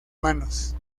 manos